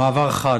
במעבר חד,